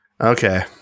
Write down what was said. Okay